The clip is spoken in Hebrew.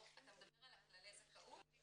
אתה מדבר על כללי הזכאות?